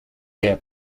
their